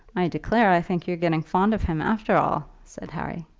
i declare i think you're getting fond of him after all, said harry.